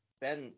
Ben